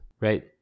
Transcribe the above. right